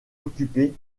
occupé